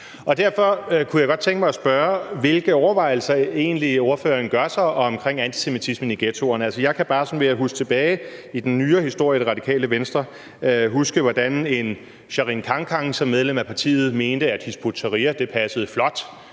Derfor kunne jeg godt tænke mig at spørge, hvilke overvejelser ordføreren egentlig gør sig om antisemitismen i ghettoerne. Jeg kan bare ved at se tilbage på Radikale Venstres nyere historie huske, at Sherin Khankan som medlem af partiet mente, at Hizb ut-Tahrir passede flot